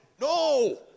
No